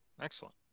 excellent